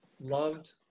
loved